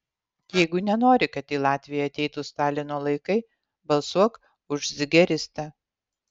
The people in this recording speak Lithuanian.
jeigu nenori kad į latviją ateitų stalino laikai balsuok už zigeristą